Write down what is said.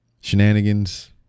shenanigans